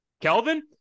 Kelvin